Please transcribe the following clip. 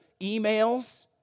emails